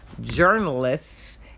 journalists